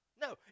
No